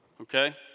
okay